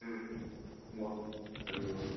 মই লাগিব